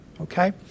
Okay